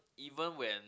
even when